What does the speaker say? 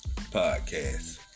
podcast